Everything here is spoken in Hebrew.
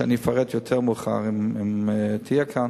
ואני אפרט זאת יותר מאוחר אם תהיה כאן,